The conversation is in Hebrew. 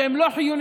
שהם לא חיוניים,